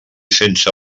sense